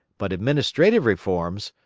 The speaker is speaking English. but administrative reforms,